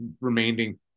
remaining